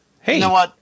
Hey